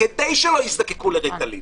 כדי שלא יזדקקו לריטלין.